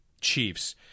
chiefs